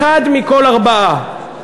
אחד מכל ארבעה,